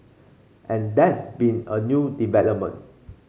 and there's been a new development